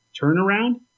turnaround